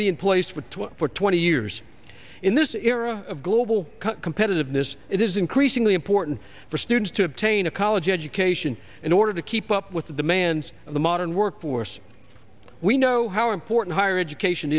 be in place for twenty four twenty years in this era of global competitiveness it is increasingly important for students to obtain a college education in order to keep up with the demands of the modern workforce we know how important higher education